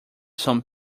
some